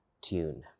tune